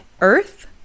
earth